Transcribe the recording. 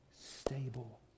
stable